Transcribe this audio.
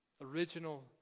original